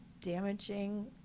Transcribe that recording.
damaging